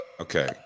Okay